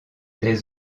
des